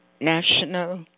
National